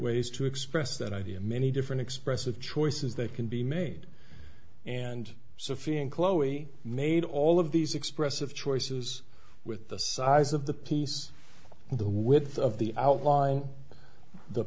ways to express that idea many different expressive choices they can be made and sophie and chloe made all of these expressive choices with the size of the piece the width of the outline the